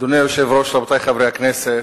אדוני היושב-ראש, רבותי חברי הכנסת,